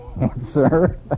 answer